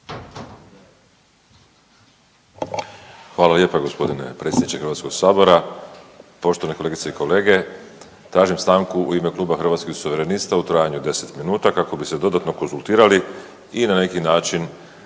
Hvala lijepa g. predsjedniče HS-a. Poštovane kolegice i kolege. Tražim stanku u ime kluba Hrvatskih suverenista u trajanju od 10 minuta kako bi se dodatno konzultirali i na neki način